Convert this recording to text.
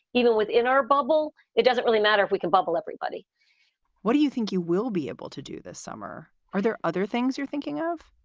even within our bubble, it doesn't really matter. we can bubble everybody what do you think you will be able to do this summer? are there other things you're thinking of?